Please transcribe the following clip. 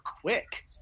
quick